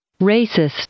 Racist